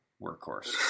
workhorse